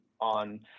on